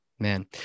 Man